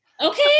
Okay